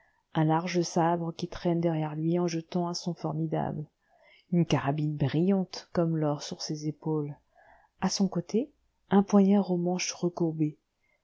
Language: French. un large sabre qui traîne derrière lui en jetant un son formidable une carabine brillante comme l'or sur ses épaules à son côté un poignard au manche recourbé